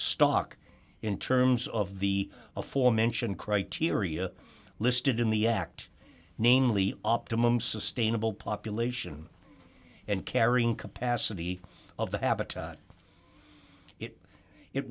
stock in terms of the aforementioned criteria listed in the act namely optimum sustainable population and carrying capacity of the habitat it it